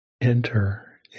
enter